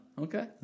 Okay